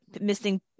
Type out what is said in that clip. missing